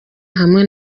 hamwe